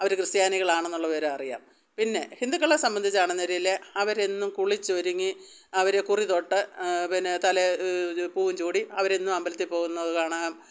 അവർ ക്രിസ്ത്യാനികളാണെന്നുള്ള വിവരം അറിയാം പിന്നെ ഹിന്ദുക്കളെ സംബന്ധിച്ചാണെന്നരേൽ അവരെന്നും കുളിച്ചൊരുങ്ങി അവർ കുറി തൊട്ട് പിന്നെ തലേ ഒരു പൂവും ചൂടി അവരെന്നും അമ്പലത്തിൽ പോകുന്നതു കാണാം